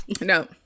No